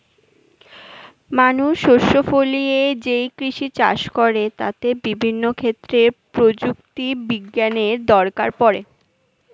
মানুষ শস্য ফলিয়ে যেই কৃষি কাজ করে তাতে বিভিন্ন ক্ষেত্রে প্রযুক্তি বিজ্ঞানের দরকার পড়ে